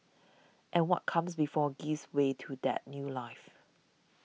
and what comes before gives way to that new life